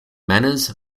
manners